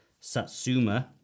satsuma